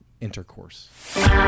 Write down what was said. intercourse